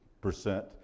percent